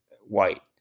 white